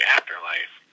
Afterlife